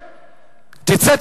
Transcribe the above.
תצא,